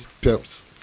Pimps